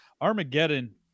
Armageddon